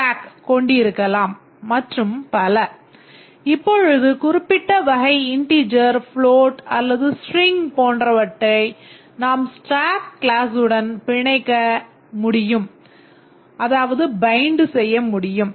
இதேபோல் பைண்டிங் முடியும்